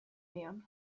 nion